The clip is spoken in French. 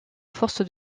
force